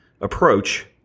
approach